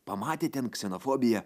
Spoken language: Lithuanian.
pamatė ten ksenofobija